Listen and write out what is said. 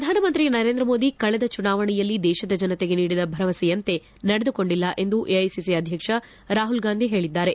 ಪ್ರಧಾನಮಂತ್ರಿ ನರೇಂದ್ರಮೋದಿ ಕಳೆದ ಚುನಾವಣೆಯಲ್ಲಿ ದೇಶದ ಜನತೆಗೆ ನೀಡಿದ ಭರವಸೆಯುಂತೆ ನಡೆದುಕೊಂಡಿಲ್ಲ ಎಂದು ಎಐಸಿಸಿ ಅಧ್ಯಕ್ಷ ರಾಹುಲ್ ಗಾಂಧಿ ಹೇಳದ್ದಾರೆ